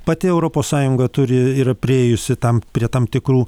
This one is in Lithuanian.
pati europos sąjunga turi yra priėjusi tam prie tam tikrų